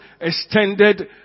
extended